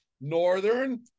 Northern